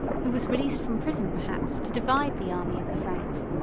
who was released from prison, perhaps, to divide the army of the franks.